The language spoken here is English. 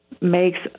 makes